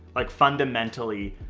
like fundamentally,